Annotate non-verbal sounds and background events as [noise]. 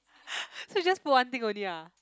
[laughs] so you just put one thing only ah